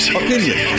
opinion